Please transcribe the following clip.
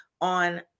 on